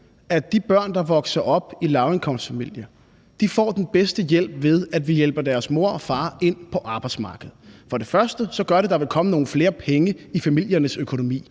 at de børn, der vokser op i lavindkomstfamilier, får den bedste hjælp, ved at vi hjælper deres mor og far ind på arbejdsmarkedet. For det første gør det, at der vil komme nogle flere penge i familiernes økonomi.